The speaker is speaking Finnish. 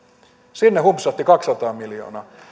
sinne hupsahti kaksisataa miljoonaa